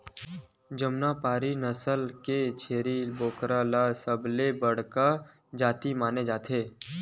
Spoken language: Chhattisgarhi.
जमुनापारी नसल के छेरी बोकरा ल सबले बड़का जाति माने जाथे